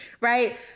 right